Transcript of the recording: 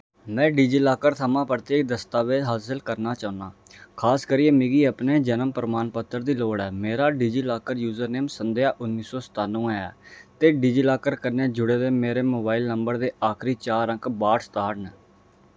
मैं डिजिलाकर थमां परतियै इक दस्तावेज हासल करना चाह्न्नां खास करियै मिगी अपने जन्म प्रमाणपत्र दी लोड़ ऐ मेरा डिजिलाकर यूसरनेम संध्या उन्नी सौ सतानुवें ऐ ते डिजिलाकर कन्नै जुड़े दे मेरे मोबाइल नंबर दे आखरी चार अंक बाहठ सताह्ठ न